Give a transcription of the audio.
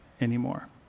anymore